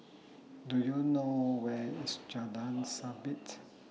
Do YOU know Where IS Jalan Sabit